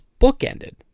bookended